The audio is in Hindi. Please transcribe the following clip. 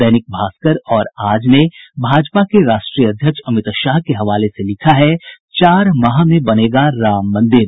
दैनिक भास्कर और आज ने भाजपा के राष्ट्रीय अध्यक्ष अमित शाह के हवाले से लिखा है चार माह में बनेगा राम मंदिर